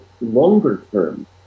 longer-term